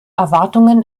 erwartungen